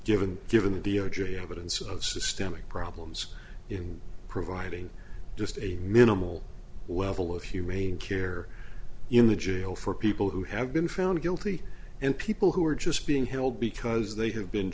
given given the d o j evidence of systemic problems in providing just a minimal level of humane care in the jail for people who have been found guilty and people who are just being held because they have been